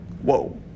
Whoa